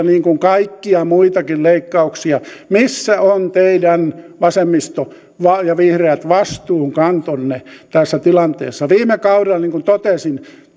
niin kuin kaikkia muitakin leikkauksia missä on teidän vasemmisto ja ja vihreät vastuunkantonne tässä tilanteessa viime kaudella niin kuin totesin